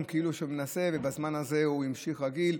כאילו שהוא מנסה בזמן הזה והוא המשיך רגיל.